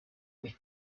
with